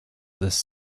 this